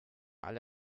alle